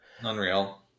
Unreal